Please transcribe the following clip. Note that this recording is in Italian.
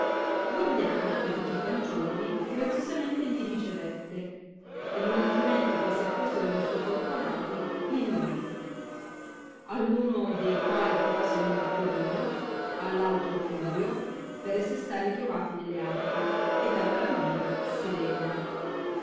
gordiana veduti i fanciulli graziosamente gli ricevette e non altrimenti che se fussero del suo corpo nati li nudrì a uno de quai puose nome acquirino all altro flavio per esser sta ritrovati nelle acque ed alla bambina serena